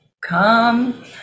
come